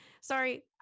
Sorry